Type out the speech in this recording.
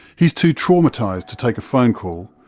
he too traumatised to take a phone call,